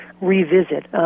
revisit